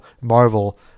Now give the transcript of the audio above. Marvel